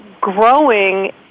growing